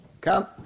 Come